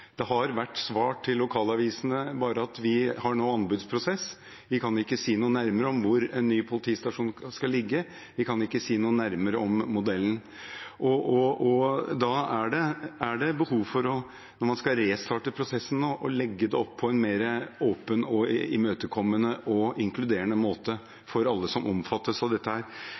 at de har nå anbudsprosess, og de kan ikke si noe nærmere om hvor en ny politistasjon skal ligge, de kan ikke si noe nærmere om modellen. Når man nå skal restarte prosessen, er det behov for å legge det opp på en mer åpen, imøtekommende og inkluderende måte for alle som omfattes av dette.